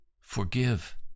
forgive